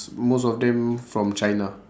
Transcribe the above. most of them from china